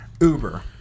Uber